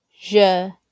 Je